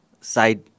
side